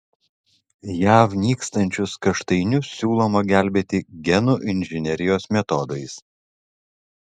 jav nykstančius kaštainius siūloma gelbėti genų inžinerijos metodais